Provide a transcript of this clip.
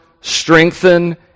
strengthen